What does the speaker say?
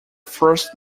first